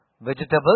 vegetable